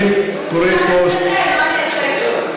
אתם תבינו בעוד יותר כוח.